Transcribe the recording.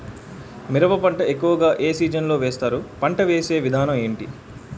మిరప పంట ఎక్కువుగా ఏ సీజన్ లో వేస్తారు? పంట వేసే విధానం ఎంటి?